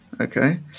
Okay